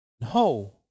No